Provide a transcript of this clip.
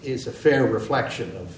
is a fair reflection of